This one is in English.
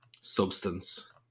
substance